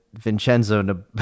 Vincenzo